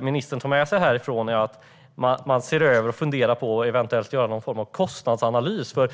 ministern härifrån tar med sig tanken att göra någon form av kostnadsanalys.